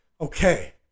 Okay